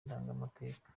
ndangamateka